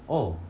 oh